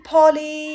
Polly